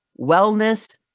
wellness